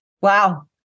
Wow